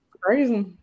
Crazy